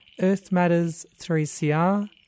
earthmatters3cr